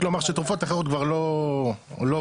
כלומר שתרופות אחרות כבר לא עובדות,